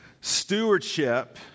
Stewardship